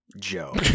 Joe